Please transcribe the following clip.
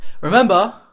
Remember